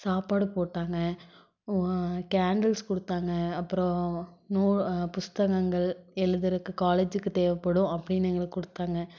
சாப்பாடு போட்டாங்க கேண்டில்ஸ் கொடுத்தாங்க அப்புறம் நோ புஸ்தகங்கள் எழுதுகிறக்கு காலேஜிக்கு தேவைப்படும் அப்படின்னு எங்களுக்கு கொடுத்தாங்க